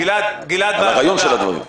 גבי פיסמן ממשרד המשפטים.